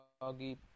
doggy